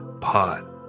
pot